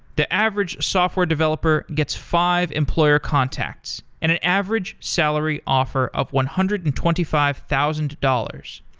the average software developer gets five employer contacts and an average salary offer of one hundred and twenty five thousand dollars.